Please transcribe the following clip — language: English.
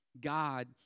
God